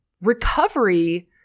Recovery